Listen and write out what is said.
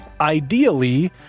ideally